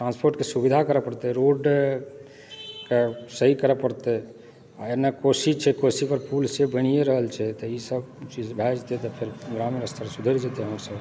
ट्रांसपोर्टके सुविधा करै पड़तै रोडके सही करै पड़तै एने कोशी छै कोशीपर पुल तऽ बनिए रहल छै तऽ ई सब चीज भए जेतै तऽ फेर ग्रामीण स्तर सुधरि जेतै हमर सबहक